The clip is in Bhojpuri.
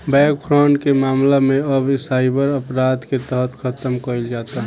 बैंक फ्रॉड के मामला के अब साइबर अपराध के तहत खतम कईल जाता